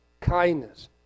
kindness